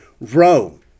Rome